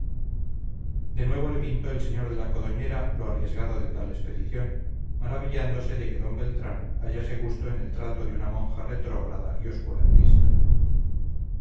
de nuevo le pintó el sr de la codoñera lo arriesgado de tal expedición maravillándose de que d beltrán hallase gusto en el trato de una monja retrógrada y obscurantista